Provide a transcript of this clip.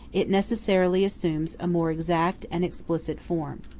it necessarily assumes a more exact and explicit form.